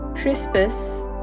Crispus